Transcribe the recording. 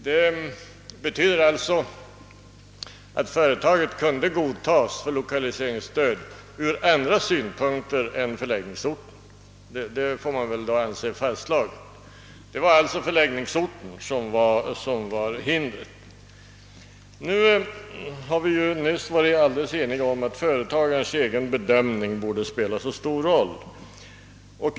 Detta betyder alltså att företaget kunde godtas för lokaliseringsstöd ur andra synpunkter än förläggningsorten — det får väl an Vi har ju nyss varit helt eniga om att företagarens egen bedömning skall spela stor roll.